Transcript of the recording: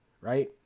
Right